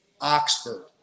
Oxford